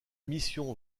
mission